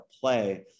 play